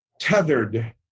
tethered